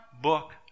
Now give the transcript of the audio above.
book